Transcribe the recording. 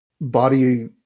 body